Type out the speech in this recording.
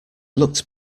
looked